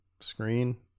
screen